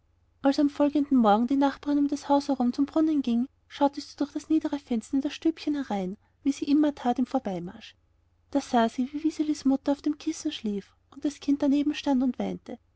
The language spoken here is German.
als am folgenden morgen die nachbarin um das haus herum zum brunnen ging schaute sie durch das niedere fenster in das stübchen herein wie sie immer tat im vorbeimarsch da sah sie wie wiselis mutter auf dem kissen schlief und wie das kind daneben stand und weinte